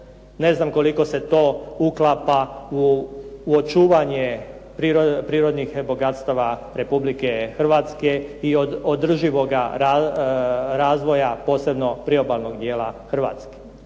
Ne znam koliko se to uklapa u očuvanje prirodnih bogatstava Republike Hrvatske i održivoga razvoja posebno priobalnog dijela Hrvatske.